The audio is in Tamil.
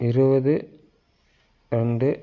இருபது ரெண்டு